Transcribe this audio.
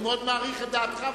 אני מאוד מעריך את דעתך,